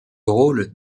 rôle